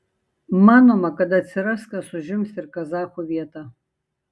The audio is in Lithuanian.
manoma kad atsiras kas užims ir kazachų vietą